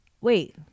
Wait